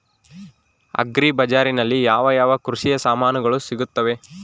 Agri ಬಜಾರಿನಲ್ಲಿ ಯಾವ ಯಾವ ಕೃಷಿಯ ಸಾಮಾನುಗಳು ಸಿಗುತ್ತವೆ?